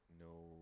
no